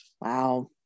wow